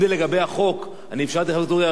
אני אפשרתי לחבר הכנסת אורי אריאל לפנים משורת הדין,